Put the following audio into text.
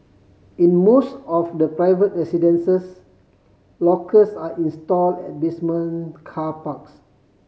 in most of the private residences lockers are install at basement car parks